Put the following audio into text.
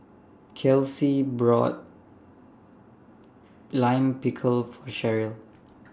Kelcie bought Lime Pickle For Sherrill